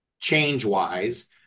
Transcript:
change-wise